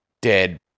dead